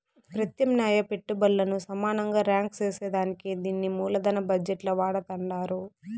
పెత్యామ్నాయ పెట్టుబల్లను సమానంగా రాంక్ సేసేదానికే దీన్ని మూలదన బజెట్ ల వాడతండారు